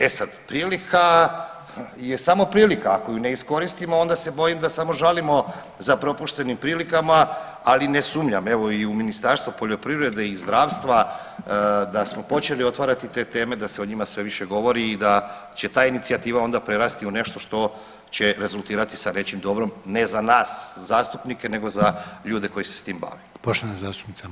E sad, prilika je samo prilika, ako ju ne iskoristimo onda se bojim da samo žalimo za propuštenim prilikama, ali ne sumnjam evo i u Ministarstvo poljoprivrede i zdravstva da smo počeli otvarati te teme, da se o njima sve više govori i da će ta inicijativa onda prerasti u nešto što će rezultirati sa većim dobrom ne za nas zastupnike nego za ljude koji se s tim bave.